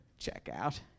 checkout